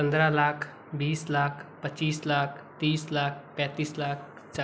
पन्द्रह लाख बीस लाख पच्चीस लाख तीस लाख पैंतीस लाख चा